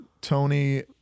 Tony